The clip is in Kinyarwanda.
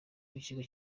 w’ikigo